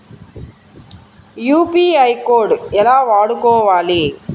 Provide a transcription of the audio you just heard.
UPI code ఎలా వాడుకోవాలి?